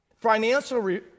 Financial